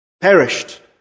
perished